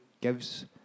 gives